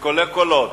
בקולי קולות,